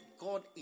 God